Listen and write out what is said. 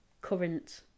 current